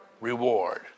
reward